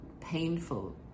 painful